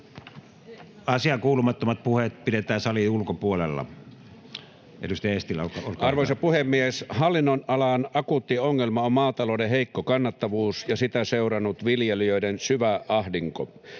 kotimaisen maataloustuotannon. Arvoisa puhemies! Hallinnonalan akuutti ongelma on maatalouden heikko kannattavuus ja sitä seurannut viljelijöiden syvä ahdinko.